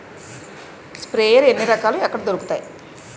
Sprayer ఎన్ని రకాలు? ఎక్కడ దొరుకుతాయి?